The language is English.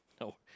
no